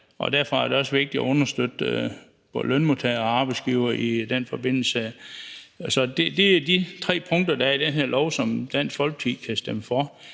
derfor er det også vigtigt at understøtte både lønmodtagere og arbejdsgivere i den forbindelse. Så det er de tre punkter, der er i det her lovforslag, som Dansk Folkeparti kan stemme for.